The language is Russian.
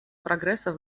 прогресса